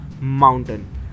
mountain